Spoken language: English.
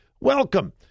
Welcome